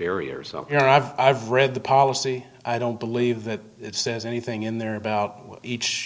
area so you know i've i've read the policy i don't believe that it says anything in there about each